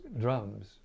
drums